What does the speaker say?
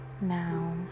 Now